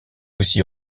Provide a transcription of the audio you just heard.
aussi